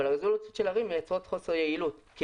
אבל הרזולוציות של ערים מייצרות חוסר יעילות כי